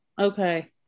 Okay